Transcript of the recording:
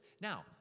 Now